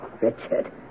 Richard